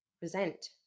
present